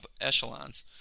echelons